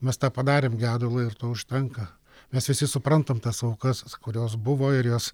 mes tą padarėm gedulą ir to užtenka nes visi suprantam tas aukas kurios buvo ir jos